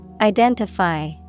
Identify